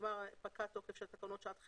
פקע תוקף תקנות שעת חירום,